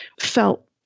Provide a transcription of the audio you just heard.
felt